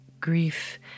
grief